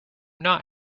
not